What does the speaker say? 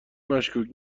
مشکوک